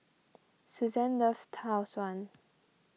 Suzanne loves Tau Suan